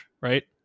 right